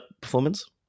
performance